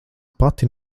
pati